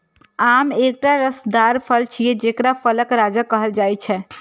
आम एकटा रसदार फल छियै, जेकरा फलक राजा कहल जाइ छै